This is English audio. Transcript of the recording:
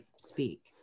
speak